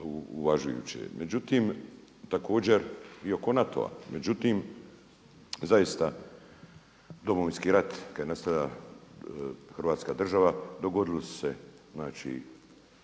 uvažujuće. Međutim, također i oko NATO-a, međutim zaista Domovinski rat, kad je nastala hrvatska država dogodili su se znači